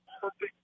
perfect